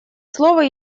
слово